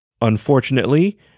Unfortunately